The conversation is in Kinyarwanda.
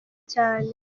cyane